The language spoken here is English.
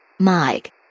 mike